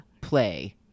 play